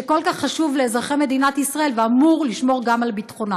שכל כך חשוב לאזרחי מדינת ישראל ואמור לשמור גם על ביטחונם.